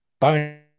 bone